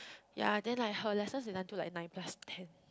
ya then like her lessons is until like nine plus ten